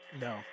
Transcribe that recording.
No